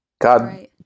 God